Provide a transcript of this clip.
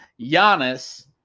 Giannis